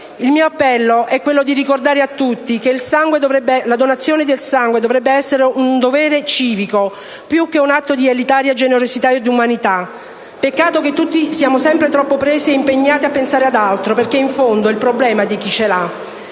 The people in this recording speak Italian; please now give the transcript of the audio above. Il mio appello è di ricordare a tutti che la donazione del sangue dovrebbe essere un dovere civico più che un atto di elitaria generosità ed umanità. Peccato che tutti siamo sempre troppo impegnati a pensare ad altro, perché in fondo «il problema è di chi c'è l'ha».